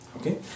okay